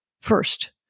first